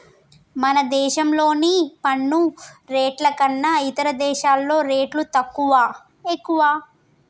మన దేశంలోని పన్ను రేట్లు కన్నా ఇతర దేశాల్లో రేట్లు తక్కువా, ఎక్కువా